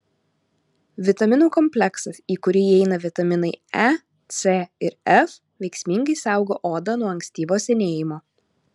vitaminų kompleksas į kurį įeina vitaminai e c ir f veiksmingai saugo odą nuo ankstyvo senėjimo